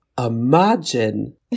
imagine